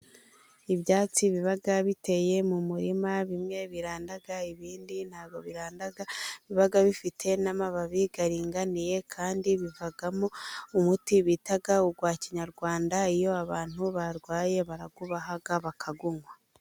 Ibyatsi biba biteye mu murima, bimwe biranda, ibindi ntabwo biranda, biba bifite n'amababi aringaniye kandi bivamo umuti bita uwa kinyarwanda, iyo abantu barwaye barakubaha bakawunywa.